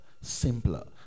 simpler